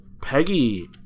Peggy